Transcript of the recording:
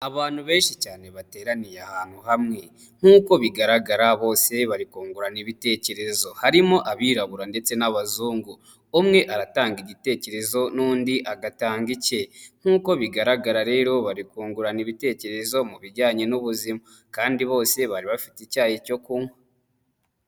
Abantu benshi cyane bateraniye ahantu hamwe, nk'uko bigaragara bose bari kungurana ibitekerezo, harimo abirabura ndetse n'abazungu, umwe aratanga igitekerezo n'undi agatanga icye, nk'uko bigaragara rero bari kungurana ibitekerezo mu bijyanye n'ubuzima kandi bose bari bafite icyayi cyo kunywa.